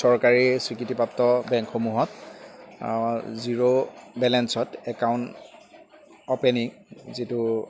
চৰকাৰী স্বীকৃতিপ্ৰাপ্ত বেংকসমূহত জিৰ' বেলেঞ্চত একাউণ্ট অপেনিং যিটো